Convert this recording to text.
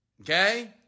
Okay